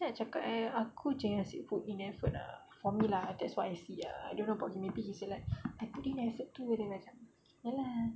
camne nak cakap eh aku jer asyik put in effort ah for me lah that's what I see ah don't know about him maybe he said like I put in effort too then macam ya lah